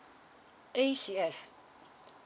A_C_S